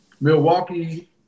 Milwaukee